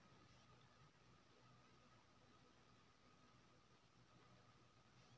हम फोन के माध्यम सो रोज बाजार के मोल भाव के जानकारी केना लिए सके छी?